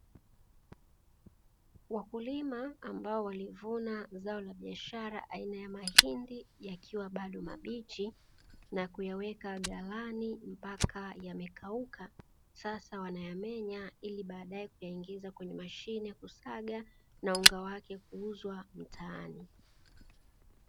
Wakulima ambao walivuna zao la biashara aina ya mahindi, yakiwa bado mabichi na kuyaweka galani mpaka yamekauka, sasa wanayamenya ili baadaye kuyaingiza kwenye mashine ya kusaga na unga wake kuuzwa mtaani.